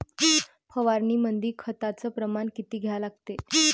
फवारनीमंदी खताचं प्रमान किती घ्या लागते?